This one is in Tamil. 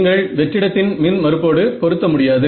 நீங்கள் வெற்றிடத்தின் மின் மறுப்போடு பொருத்த முடியாது